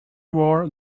wore